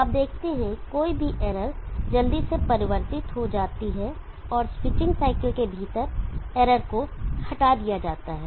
तो आप देखते हैं कि कोई भी इरर जल्दी से परिवर्तित हो जाती है और स्विचिंग साइकिल के भीतर इरर को हटा दिया जाता है